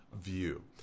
view